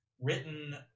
written